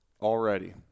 already